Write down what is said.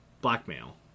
blackmail